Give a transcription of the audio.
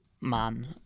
man